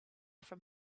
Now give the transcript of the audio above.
from